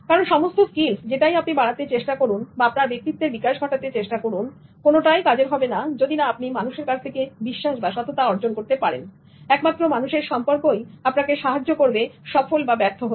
কারণ সমস্ত স্কিলস যেটাই আপনি বাড়াতে চেষ্টা করুন বা আপনার ব্যক্তিত্বের বিকাশ ঘটাতে চেষ্টা করুন কোনটাই কাজের হবে না যদি না আপনি মানুষের কাছ থেকে বিশ্বাস বা সততা অর্জন করতে পারেন একমাত্র মানুষের সম্পর্কই আপনাকে সাহায্য করবে সফল বা ব্যর্থ হতে